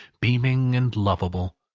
beaming and lovable.